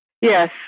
Yes